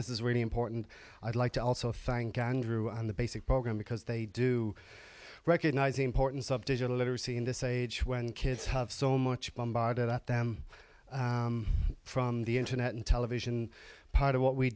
this is really important i'd like to also thank andrew on the basic program because they do recognise the importance of digital literacy in this age when kids have so much bombarded at them from the internet and television part of what we